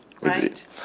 Right